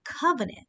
covenant